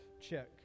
Check